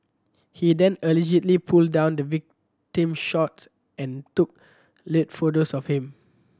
he then allegedly pulled down the victim shorts and took lewd photos of him